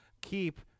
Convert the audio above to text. keep